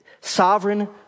sovereign